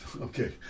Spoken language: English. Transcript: okay